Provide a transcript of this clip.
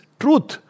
truth